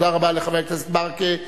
תודה רבה לחבר הכנסת ברכה,